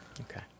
Okay